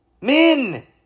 Men